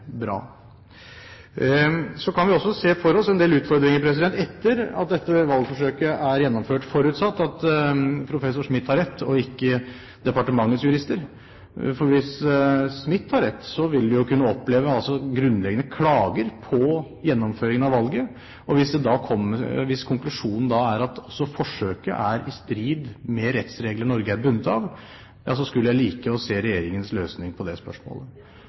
bra. Så kan vi også se for oss en del utfordringer etter at dette valgforsøket er gjennomført, forutsatt at professor Smith har rett, og ikke departementets jurister. Hvis Smith har rett, vil vi kunne oppleve grunnleggende klager på gjennomføringen av valget, og hvis konklusjonen da er at også forsøket er i strid med rettsregler Norge er bundet av, ja så skulle jeg like å se regjeringens løsning på det spørsmålet.